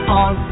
on